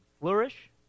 flourish